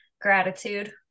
gratitude